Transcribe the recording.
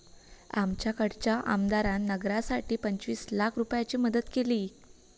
आमच्याकडच्या आमदारान नगरासाठी पंचवीस लाख रूपयाची मदत केली